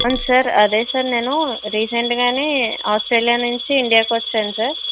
అదే సర్ నేను రీసెంట్ గానే ఆస్ట్రేలియా నుంచి ఇండియాకు వచ్చాను సార్